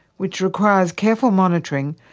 which requires careful monitoring,